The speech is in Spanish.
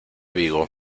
vigo